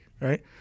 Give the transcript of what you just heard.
right